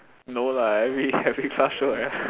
no lah every every class sure have